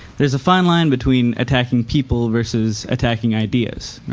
there's a fine line between attacking people versus attacking ideas, right?